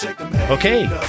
Okay